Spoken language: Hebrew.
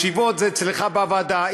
בישיבות זה אצלך בוועדה.